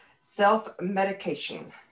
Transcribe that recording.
self-medication